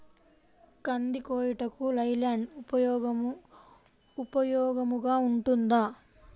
కంది కోయుటకు లై ల్యాండ్ ఉపయోగముగా ఉంటుందా?